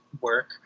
work